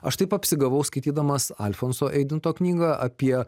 aš taip apsigavau skaitydamas alfonso eidinto knygą apie